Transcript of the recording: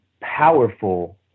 powerful